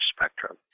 spectrum